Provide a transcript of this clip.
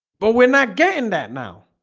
but we're not getting that now